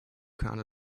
kind